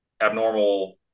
abnormal